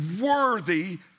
worthy